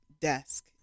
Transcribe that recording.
desk